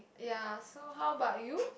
ya so how about you